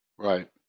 Right